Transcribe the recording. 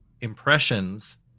impressions